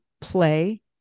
play